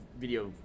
video